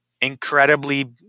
incredibly